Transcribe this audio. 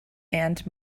and